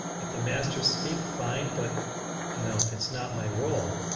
if the masters speak, fine, but you know it's not my role.